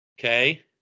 Okay